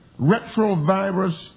retrovirus